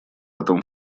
этом